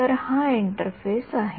तर हा इंटरफेस आहे